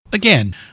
Again